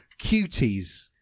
Cuties